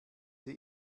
sie